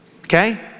Okay